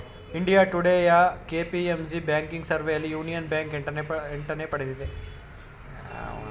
India ಟುಡೇಯ KPMG banking ಸರ್ವೆಯಲ್ಲಿ union bank ಎಂಟನೇ ಪಡೆದಿದೆ